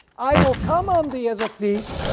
i will come on thee as a thief,